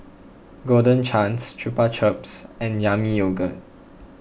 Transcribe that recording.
Golden Chance Chupa Chups and Yami Yogurt